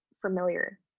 familiar